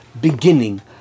beginning